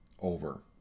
Over